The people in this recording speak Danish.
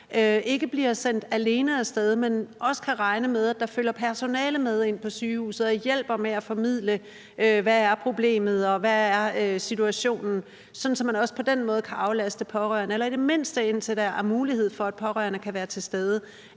ikke bliver sendt alene af sted, men også kan regne med, at der følger personale med ind på sygehuset, der hjælper med at formidle, hvad problemet er, og hvad situationen er, sådan at man også på den måde kan aflaste pårørende, i det mindste indtil der er mulighed for, at pårørende kan være til stede?